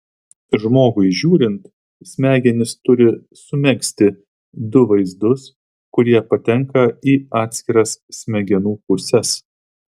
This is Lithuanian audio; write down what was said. žmogui žiūrint smegenys turi sumegzti du vaizdus kurie patenka į atskiras smegenų puses